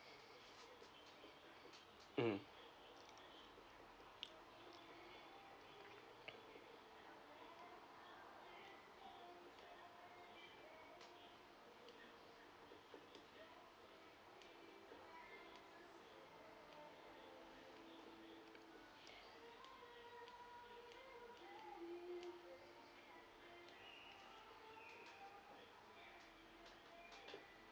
mm